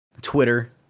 Twitter